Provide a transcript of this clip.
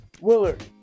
Willard